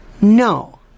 No